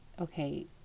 okay